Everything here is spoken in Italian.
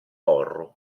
porru